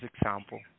example